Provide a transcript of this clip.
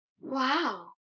Wow